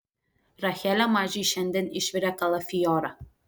rachelė mažiui šiandien išvirė kalafiorą